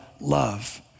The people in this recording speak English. love